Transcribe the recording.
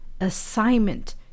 assignment